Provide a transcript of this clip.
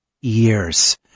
years